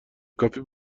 کافی